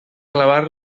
clavar